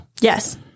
Yes